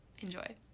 enjoy